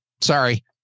sorry